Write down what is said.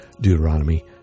Deuteronomy